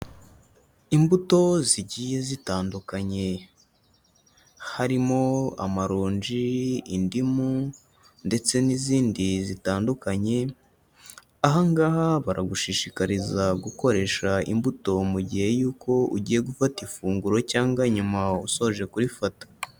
Imbuto zigiye zitandukanye, harimo amaronji, indimu ndetse n'izindi zitandukanye, aha ngaha baragushishikariza gukoresha imbuto mu gihe y'uko ugiye gufata ifunguro cyangwa nyuma usoje kurifata.